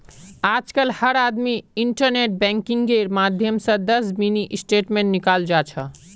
आजकल हर आदमी इन्टरनेट बैंकिंगेर माध्यम स दस मिनी स्टेटमेंट निकाल जा छ